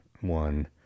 one